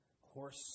horse